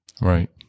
right